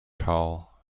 carl